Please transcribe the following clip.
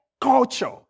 culture